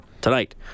tonight